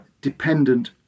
dependent